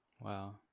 Wow